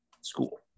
school